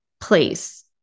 place